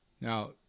Now